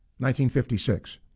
1956